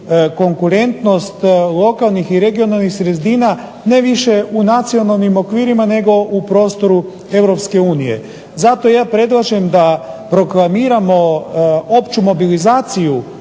konkurentnost lokalnih i regionalnih sredina, ne više u nacionalnim okvirima, nego u prostoru Europske unije. Zato ja predlažem da proklamiramo opću mobilizaciju